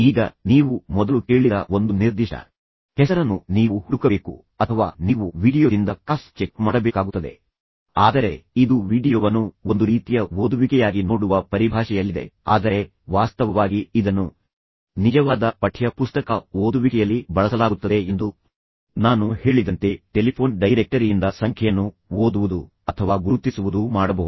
ಈಗ ನೀವು ಮೊದಲು ಕೇಳಿದ ಒಂದು ನಿರ್ದಿಷ್ಟ ಹೆಸರನ್ನು ನೀವು ಹುಡುಕಬೇಕು ಅಥವಾ ನೀವು ವೀಡಿಯೊದಿಂದ ಕ್ರಾಸ್ ಚೆಕ್ ಮಾಡಬೇಕಾಗುತ್ತದೆ ಆದರೆ ಇದು ವೀಡಿಯೊವನ್ನು ಒಂದು ರೀತಿಯ ಓದುವಿಕೆಯಾಗಿ ನೋಡುವ ಪರಿಭಾಷೆಯಲ್ಲಿದೆ ಆದರೆ ವಾಸ್ತವವಾಗಿ ಇದನ್ನು ನಿಜವಾದ ಪಠ್ಯ ಪುಸ್ತಕ ಓದುವಿಕೆಯಲ್ಲಿ ಬಳಸಲಾಗುತ್ತದೆ ಎಂದು ನಾನು ಹೇಳಿದಂತೆ ಟೆಲಿಫೋನ್ ಡೈರೆಕ್ಟರಿಯಿಂದ ಸಂಖ್ಯೆಯನ್ನು ಓದುವುದು ಅಥವಾ ಗುರುತಿಸುವುದು ನೀವು ಇದನ್ನು ಮಾಡಬಹುದು